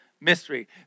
mystery